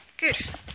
Good